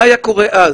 מה היה קורה אז?